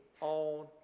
on